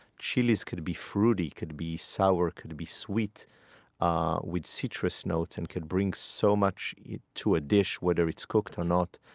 chilis could be fruity, could be sour, could be sweet ah with citrus notes and can bring so much to a dish, whether it's cooked or not.